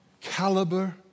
caliber